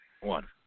One